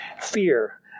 Fear